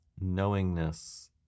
knowingness